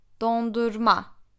dondurma